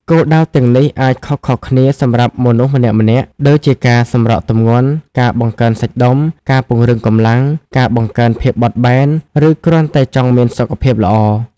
គោលដៅទាំងនេះអាចខុសៗគ្នាសម្រាប់មនុស្សម្នាក់ៗ ដូចជាការសម្រកទម្ងន់ ការបង្កើនសាច់ដុំ ការពង្រឹងកម្លាំង ការបង្កើនភាពបត់បែន ឬគ្រាន់តែចង់មានសុខភាពល្អ។